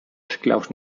esclaus